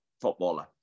footballer